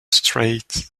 strait